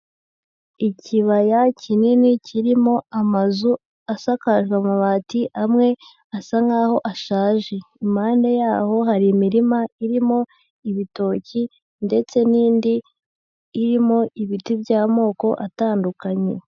Ikibaya kinini kirimo amazu asakajwe amabati amwe asa nkaho ashaje. Impande yaho hari imirima irimo ibitoki ndetse n'indi irimo ibiti by'amoko atandukanye.